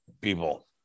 people